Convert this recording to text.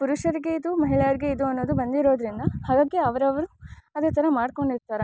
ಪುರುಷರಿಗೆ ಇದು ಮಹಿಳೆಯರಿಗೆ ಇದು ಅನ್ನೋದು ಬಂದಿರೋದರಿಂದ ಹಾಗಾಗಿ ಅವ್ರವ್ರು ಅದೇ ಥರ ಮಾಡಿಕೊಂಡಿರ್ತಾರೆ